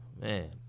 man